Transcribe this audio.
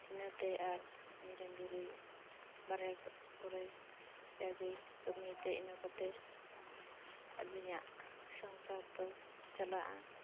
ᱤᱱᱟᱹᱛᱮ ᱟᱨ ᱤᱧᱨᱮᱱ ᱡᱩᱨᱤ ᱵᱟᱨᱦᱮ ᱠᱚᱨᱮᱭ ᱡᱟᱜᱮᱭ ᱠᱟᱢᱤᱛᱮ ᱟᱞᱤᱧᱟᱜ ᱥᱚᱝᱥᱟᱨ ᱫᱚ ᱪᱟᱞᱟᱜᱼᱟ